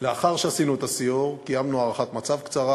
לאחר הסיור קיימנו הערכת מצב קצרה.